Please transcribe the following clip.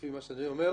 לפי מה שאדוני אומר,